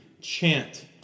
chant